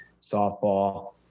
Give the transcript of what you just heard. softball